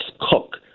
Cook